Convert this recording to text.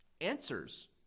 answers